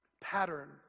pattern